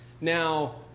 Now